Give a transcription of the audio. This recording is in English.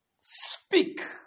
speak